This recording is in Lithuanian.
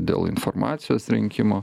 dėl informacijos rinkimo